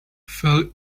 fell